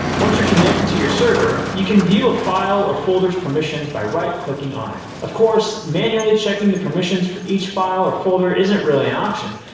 once you're connected to your server, you can view a file or folder's permissions by right-clicking on it. of course, manually checking the permissions for each file or folder isn't really an option.